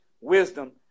wisdom